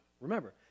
Remember